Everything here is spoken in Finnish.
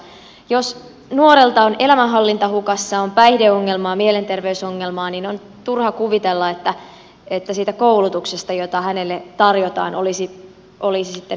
jos nuorelta on elämänhallinta hukassa on päihdeongelmaa mielenterveysongelmaa niin on turha kuvitella että siitä koulutuksesta jota hänelle tarjotaan olisi sitten hyötyä